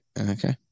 Okay